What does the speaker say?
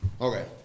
Okay